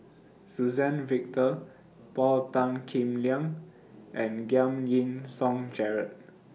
Suzann Victor Paul Tan Kim Liang and Giam Yean Song Gerald